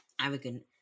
arrogant